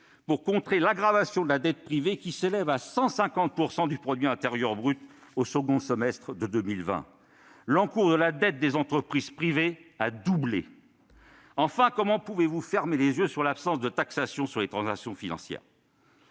pour contrer l'aggravation de la dette privée, qui s'élève à 150 % du PIB au second semestre de 2020 ? L'encours de la dette des entreprises privées a doublé. Enfin, comment pouvez-vous fermer les yeux sur l'absence de taxation des transactions financières ?